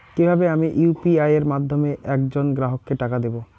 কিভাবে আমি ইউ.পি.আই এর মাধ্যমে এক জন গ্রাহককে টাকা দেবো?